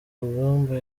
rugamba